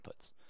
inputs